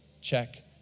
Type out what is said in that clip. check